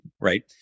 right